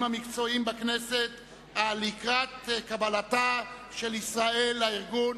המקצועיים בכנסת לקראת קבלתה של ישראל לארגון.